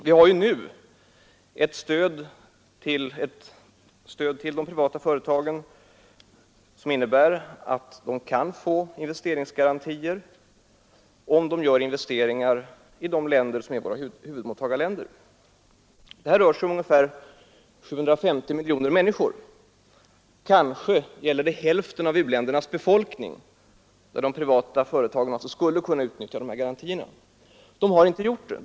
Vi har nu ett system som innebär att de privata företagen kan få investeringsgarantier, om investeringarna sker i de länder som står som huvudmottagare för bistånd. Det rör sig om ungefär 750 miljoner människor. Kanske skulle de privata företagen kunna utnyttja garantierna när det gäller hälften av u-ländernas befolkning. De har emellertid inte gjort detta.